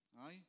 Aye